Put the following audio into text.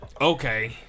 Okay